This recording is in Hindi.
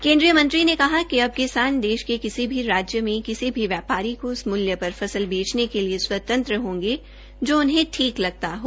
केन्द्रीय मंत्री ने कहा कि अब किसान देश के किसी भी राज्य में किसी भी व्यापारी को उन मुल्य पर फसल बेचने के लिए स्वतंत्र होंगे जो उन्हें ठीक लगता हो